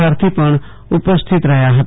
ભારથી પણ ઉપસ્થિત રહ્યા હતા